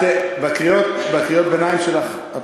את, בקריאות ביניים שלך,